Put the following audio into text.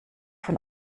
von